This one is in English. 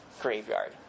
graveyard